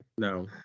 No